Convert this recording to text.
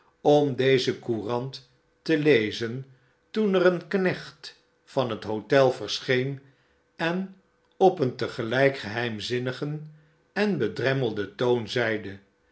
om deze courant te lezen toen er een knecht van het hotel verscheen en op een tegelijk geheimzinnigen en bedremmelden toon zeide